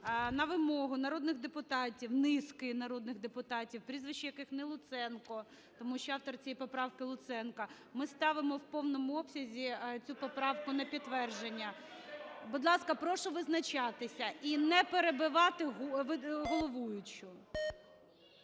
на вимогу народних депутатів, низки народних депутатів прізвище, яких не Луценко. Тому що автор цієї поправки Луценко. Ми ставимо в повному обсязі цю поправку на підтвердження. Будь ласка, прошу визначатися. І не перебивати головуючу.